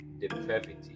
depravity